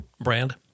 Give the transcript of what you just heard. brand